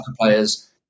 players